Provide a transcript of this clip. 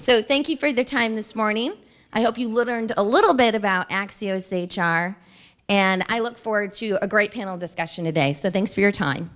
so thank you for the time this morning i hope you learned a little bit about x t s h r and i look forward to a great panel discussion today so thanks for your time